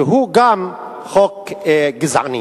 שהוא גם חוק גזעני.